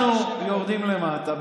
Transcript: אנחנו יורדים למטה.